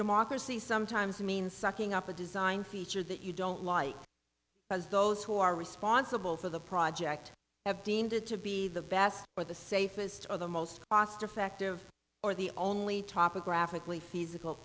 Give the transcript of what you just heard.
democracy sometimes means sucking up a design feature that you don't like as those who are responsible for the project have deemed it to be the best or the safest or the most cost effective or the only topic graphically feasible